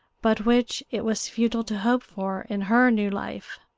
but which it was futile to hope for in her new life.